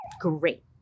Great